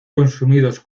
consumidos